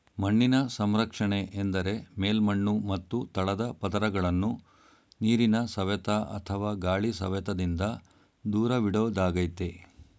ಮಣ್ಣಿನ ಸಂರಕ್ಷಣೆ ಎಂದರೆ ಮೇಲ್ಮಣ್ಣು ಮತ್ತು ತಳದ ಪದರಗಳನ್ನು ನೀರಿನ ಸವೆತ ಅಥವಾ ಗಾಳಿ ಸವೆತದಿಂದ ದೂರವಿಡೋದಾಗಯ್ತೆ